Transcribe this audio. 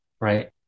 right